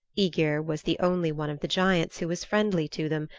aegir was the only one of the giants who was friendly to them,